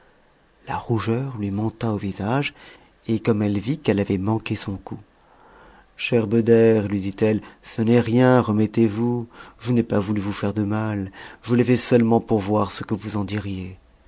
la rougeur lui monta au visage et comme elle vit qu'elle avait manqué son coup cher beder lui dit-elle ce n'est rien remettez-vous je n'ai pas voulu vous faire de mal je l'a fait seulement pour voir ce que vous en diriez